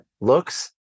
looks